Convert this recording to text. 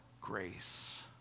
grace